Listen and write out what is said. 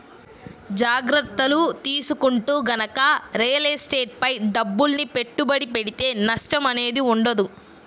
జాగర్తలు తీసుకుంటూ గనక రియల్ ఎస్టేట్ పై డబ్బుల్ని పెట్టుబడి పెడితే నష్టం అనేది ఉండదు